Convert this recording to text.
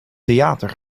theater